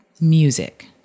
music